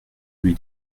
lui